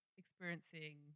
experiencing